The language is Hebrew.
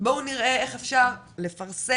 בואו נראה איך אפשר לפרסם,